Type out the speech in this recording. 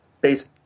based